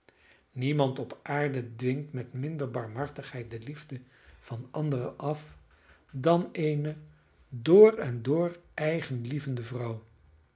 niemand op aarde dwingt met minder barmhartigheid de liefde van anderen af dan eene door en door eigenlievende vrouw